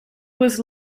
was